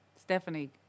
Stephanie